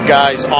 guys